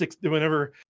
whenever